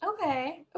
Okay